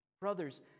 brothers